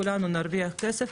כולנו נרוויח כסף,